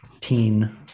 teen